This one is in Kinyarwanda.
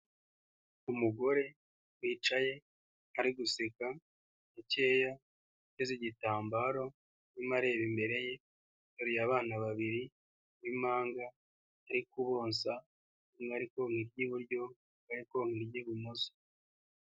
Umugore wicaye ari guseka gakeya uteze igitambaro arimo areba imbere ye, uteruye abana babiri b'impanga ari kubonsa umwe ari konka iry'iburyo undi ari konka iry'ibumoso.